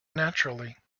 naturally